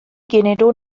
genero